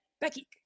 Becky